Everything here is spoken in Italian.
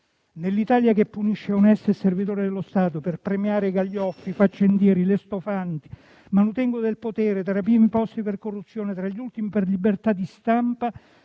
Nell'Italia che punisce onesti servitori dello Stato per premiare gaglioffi, faccendieri, lestofanti, manutengoli del potere, tra i primi posti per corruzione e tra gli ultimi per libertà di stampa,